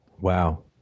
Wow